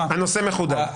הנושא מחודד.